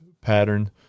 pattern